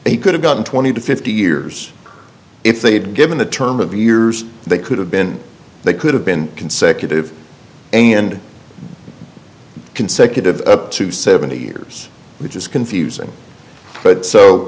they could have gotten twenty to fifty years if they'd given the term of years they could have been they could have been consecutive and consecutive to seventy years which is confusing but so